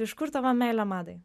iš kur tavo meilė madai